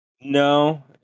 No